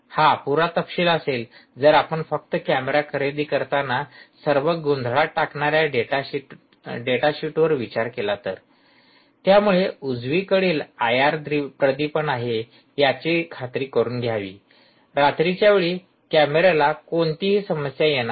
हा अपुरा तपशील असेल जर आपण फक्त कॅमेरा खरेदी करताना सर्व गोंधळात टाकणाऱ्या डेटा शीटवर विचार केला तर त्यामुळे उजवीकडील आयआर प्रदीपन आहे याची खात्री करुन घ्यावी रात्रीच्या वेळी कॅमेराला कोणतीही समस्या येणार नाही